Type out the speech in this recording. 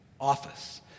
office